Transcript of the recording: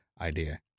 Idea